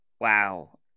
Wow